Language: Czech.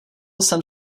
jsem